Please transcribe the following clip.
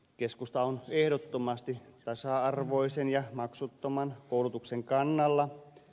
keskusta on ehdottomasti tasa arvoisen ja maksuttoman koulutuksen kannalla